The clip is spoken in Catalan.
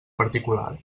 particular